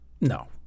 No